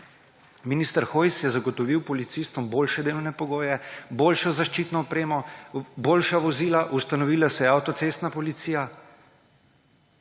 Minister Hojs je zagotovil policistom boljše delovne pogoje, boljšo zaščitno opremo, boljša vozila, ustanovila se je avtocestna policija.